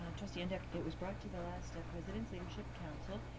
ah trustee ntuk, it was brought to the last president's leadership council,